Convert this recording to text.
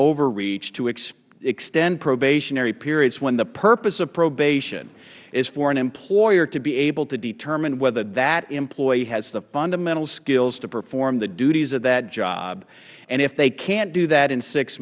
overreach to extend probationary periods when the purpose of probation is for an employer to be able to determine whether that employee has the fundamental skills to perform the duties of that job if they cant do that in six